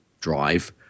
drive